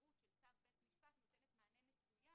האפשרות של צו בית משפט נותנת מענה מסוים,